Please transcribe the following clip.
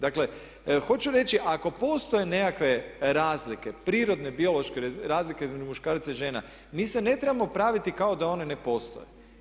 Dakle, hoću reći ako postoje nekakve razlike, prirodne, biološke razlike između muškaraca i žena, mi se ne trebamo praviti kao da one ne postoje.